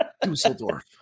Dusseldorf